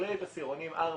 בהחלט עשירונים 4,